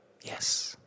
yes